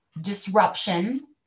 Disruption